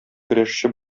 көрәшче